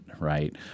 right